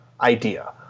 idea